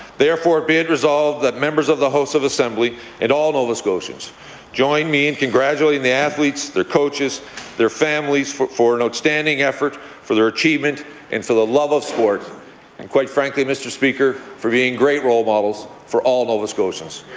therefore be it resolved that members of the house of assembly and all nova scotians join me in congratulating the athletes, their coaches, and their families for for an outstanding effort for their achievement and for the love of sport and, quite frankly, mr. speaker, for being great role models for all nova scotians.